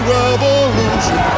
revolution